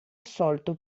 assolto